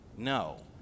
No